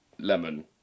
lemon